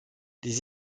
les